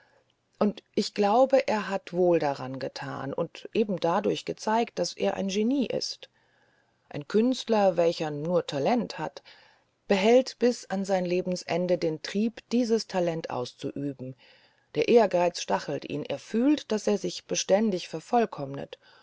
und ich glaube er hat wohl daran getan und eben dadurch gezeigt daß er ein genie ist ein künstler welcher nur talent hat behält bis an sein lebensende den trieb dieses talent auszuüben der ehrgeiz stachelt ihn er fühlt daß er sich beständig vervollkommnet